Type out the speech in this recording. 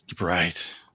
Right